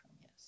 yes